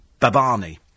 Babani